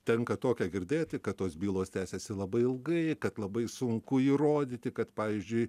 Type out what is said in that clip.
tenka tokią girdėti kad tos bylos tęsiasi labai ilgai kad labai sunku įrodyti kad pavyzdžiui